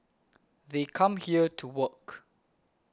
they come here to work